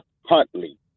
Huntley